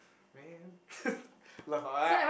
man love ah